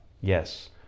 Yes